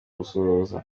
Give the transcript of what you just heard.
gusohoza